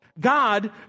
God